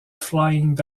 flying